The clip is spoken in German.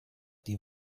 die